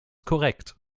korrekt